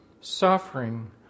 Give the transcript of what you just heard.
suffering